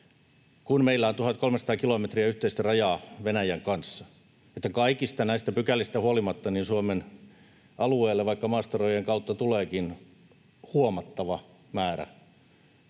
kun meillä on 1 300 kilometriä yhteistä rajaa Venäjän kanssa, että kaikista näistä pykälistä huolimatta Suomen alueelle jos vaikka maastorajojen kautta tuleekin laittomasti huomattava määrä